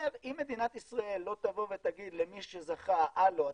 שאם מדינת ישראל לא תבוא ותגיד למי שזכה: הלו,